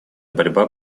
борьба